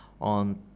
on